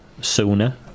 sooner